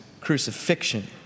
crucifixion